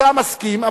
אתה מסכים,